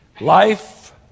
Life